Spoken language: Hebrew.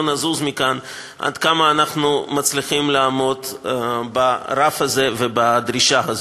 נזוז מכאן עד כמה אנחנו מצליחים לעמוד ברף הזה ובדרישה הזאת.